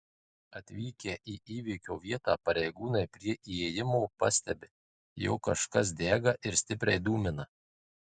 atvykę į įvykio vietą pareigūnai prie įėjimo pastebi jog kažkas dega ir stipriai dūmina